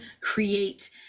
create